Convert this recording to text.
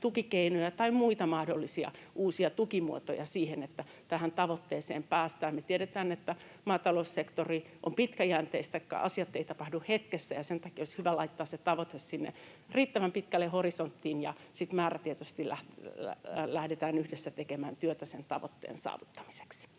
tukikeinoja tai muita mahdollisia uusia tukimuotoja siihen, että tähän tavoitteeseen päästään. Me tiedetään, että maataloussektori on pitkäjänteistä ja asiat eivät tapahdu hetkessä, ja sen takia olisi hyvä laittaa se tavoite sinne riittävän pitkälle horisonttiin ja sitten määrätietoisesti lähteä yhdessä tekemään työtä sen tavoitteen saavuttamiseksi.